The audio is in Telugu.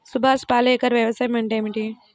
సుభాష్ పాలేకర్ వ్యవసాయం అంటే ఏమిటీ?